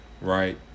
Right